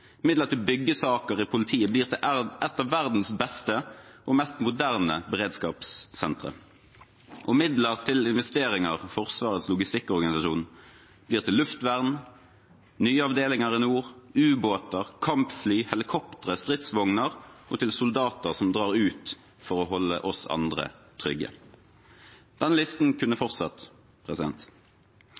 Midler til byggesaker i politiet blir til et av verdens beste og mest moderne beredskapssentre, og midler til investeringer for Forsvarets logistikkorganisasjon blir til luftvern, nye avdelinger i nord, ubåter, kampfly, helikoptre, stridsvogner og til soldater som drar ut for å holde oss andre trygge. Denne listen kunne fortsatt.